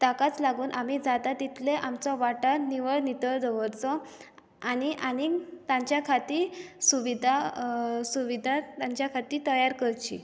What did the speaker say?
ताकाच लागून आमी जाता तितले आमचो वाठार निवळ नितळ दवरचो आनी आनीक तांचे खातीर सुवीधा सुवीधा तांचे खातीर तयार करची